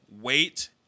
wait